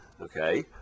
okay